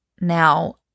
Now